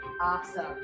Awesome